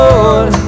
Lord